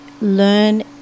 learn